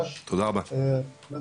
אני